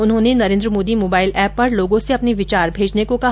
उन्होंने Narendra Modi mobile app पर लोगों से अपने विचार भेजने को कहा